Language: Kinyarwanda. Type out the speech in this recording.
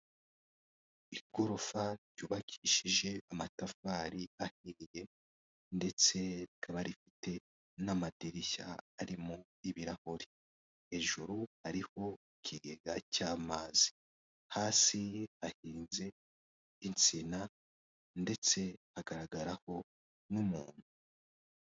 Igorofa ry'ubakishije amatafari ahiye ndetse rikaba rifite n'amadirishya arimo ibirahuri, hejuru hariho ikigega cy'amazi, hasi hahinze insina ndetse hagaragaraho n'umuntu.